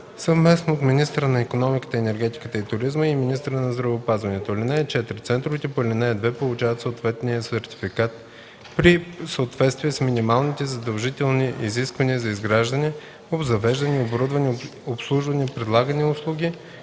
съвместно от министъра на икономиката, енергетиката и туризма и министъра на здравеопазването. (4) Центровете по ал. 2 получават съответния сертификат при съответствие с минималните задължителни изисквания за изграждане, обзавеждане и оборудване, обслужване, предлагани услуги